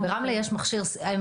ברמלה יש מכשיר MRI?